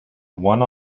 one